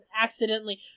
accidentally